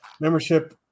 membership